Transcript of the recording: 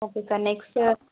okay sir next